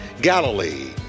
Galilee